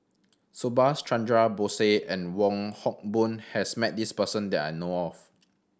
Subhas Chandra Bose and Wong Hock Boon has met this person that I know of